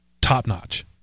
top-notch